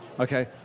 Okay